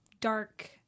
dark